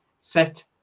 set